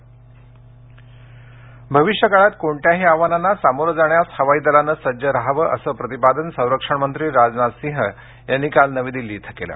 राजनाथ सिंह भविष्यकाळात कोणत्याही आव्हानांना सामोरं जाण्यास हवाई दलानं सज्ज राहावं असं प्रतिपादन संरक्षण मंत्री राजनाथ सिंह यांनी काल नवी दिल्लीत केलं